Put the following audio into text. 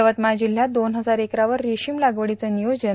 यवतमाळ जिल्ह्वात दोन इजार एकरवर रेशीम लागवडीचं नियोजन